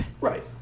Right